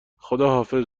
خداحافظ